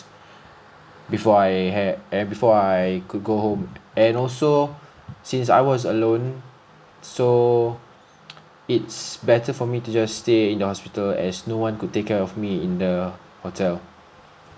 before I ha~ eh before I could go home and also since I was alone so it's better for me to just stay in the hospital as no one could take care of me in the hotel